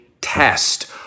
test